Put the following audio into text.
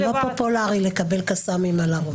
זה לא פופולרי לקבל קסמים על הראש.